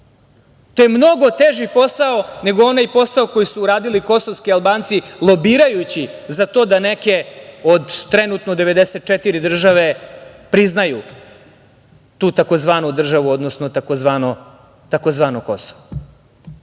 je mnogo teži posao, nego onaj posao koji su uradili kosovski Albanci lobirajući za to da neke od trenutno 94 države priznaju tu tzv. državu, odnosno tzv. Kosovo.